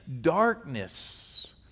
Darkness